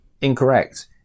Incorrect